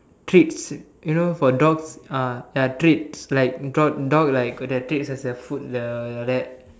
treats you know for dogs ah ya treats like got dog like got their treats as their food the like that